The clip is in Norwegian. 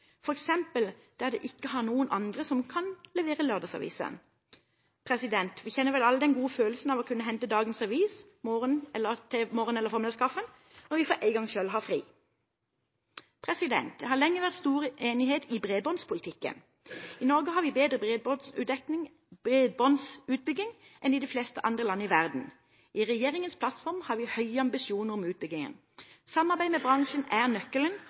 landet der behovet er størst, f.eks. der det ikke er noen andre som kan levere lørdagsavisen. Vi kjenner vel alle den gode følelsen av å kunne hente dagens avis til morgen- eller formiddagskaffen når vi for en gangs skyld har fri. Det har lenge vært stor enighet i bredbåndspolitikken. I Norge har vi bedre bredbåndsutbygging enn i de fleste andre land i verden. I regjeringens plattform har vi høye ambisjoner for utbyggingen. Samarbeid med bransjen er nøkkelen,